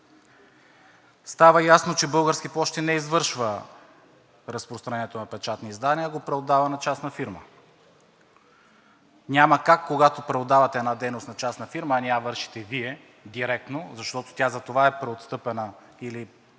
Става ясно, че „Български пощи“ не извършва разпространението на печатни издания, а го преотдава на частна фирма. Няма как, когато преотдавате една дейност на частна фирма, а не я вършите Вие директно, защото тя затова е преотстъпена или